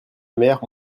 mère